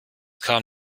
kam